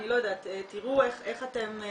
תראו איך אתם,